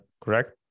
correct